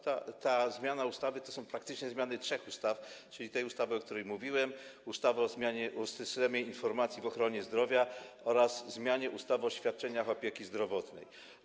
Ta zmiana ustawy dotyczy praktycznie zmiany trzech ustaw, czyli tej ustawy, o której mówiłem, ustawy o systemie informacji w ochronie zdrowia oraz ustawy o świadczeniach opieki zdrowotnej.